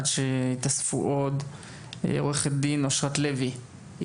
עד שיתאספו עוד את עורכת הדין אושרת לוי,